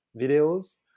videos